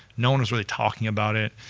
no one was really talking about it,